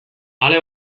ale